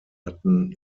hatten